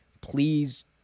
Please